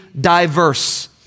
diverse